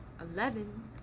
eleven